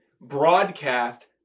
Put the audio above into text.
broadcast